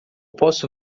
posso